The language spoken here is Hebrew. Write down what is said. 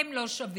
אתם לא שווים.